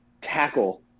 tackle